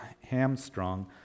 hamstrung